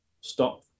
stop